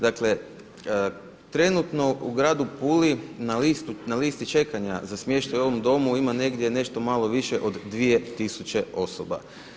Dakle, trenutno u Gradu Puli na listi čekanja za smještaj u ovom domu ima negdje nešto malo više od 2000 osoba.